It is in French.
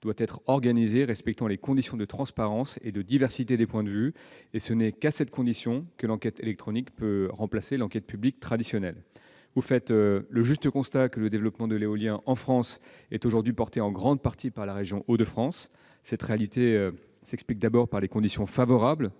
doit être organisée, en respectant les conditions de transparence et de diversité des points de vue ; ce n'est qu'à cette condition que l'enquête électronique peut remplacer l'enquête publique traditionnelle. Toutefois, vous faites le juste constat que le développement de l'éolien, en France, est aujourd'hui porté en grande partie par la région Hauts-de-France. Cette réalité s'explique d'abord par les conditions favorables